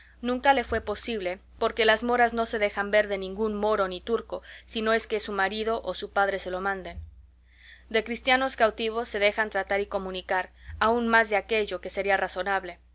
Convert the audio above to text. nunca le fue posible porque las moras no se dejan ver de ningún moro ni turco si no es que su marido o su padre se lo manden de cristianos cautivos se dejan tratar y comunicar aun más de aquello que sería razonable